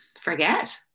forget